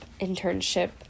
internship